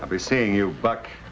i'll be seeing you back